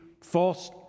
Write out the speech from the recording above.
false